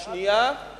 השנייה, יש